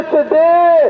today